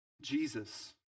Jesus